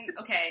okay